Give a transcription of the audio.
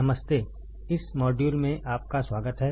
नमस्ते इस मॉड्यूल में आपका स्वागत है